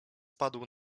padł